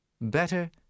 Better